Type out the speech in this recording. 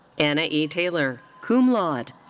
anna e. taylor, cum laude.